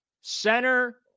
center